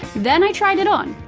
then i tried it on.